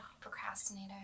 procrastinator